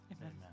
amen